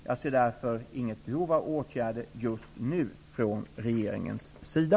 Jag ser därför inget behov av åtgärder just nu från regeringens sida.